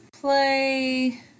play